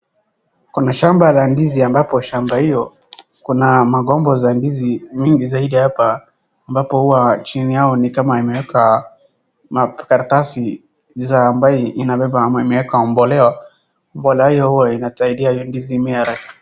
Kuna shamba la ndizi ambapo shamba hiyo kuna magomba za ndizi mingi zaidi hapa ambapo huwa chini yao ni kama imeweka makaratasi za amabaye inabeba ama imewekwa mbolea. Mbolea hua inasaidia hiyo ndizi imee haraka.